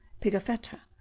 Pigafetta